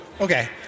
okay